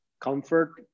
comfort